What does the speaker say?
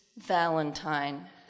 valentine